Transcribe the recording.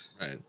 Right